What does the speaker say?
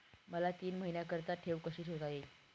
मला तीन महिन्याकरिता ठेव कशी ठेवता येईल?